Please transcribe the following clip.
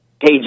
Hey